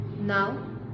Now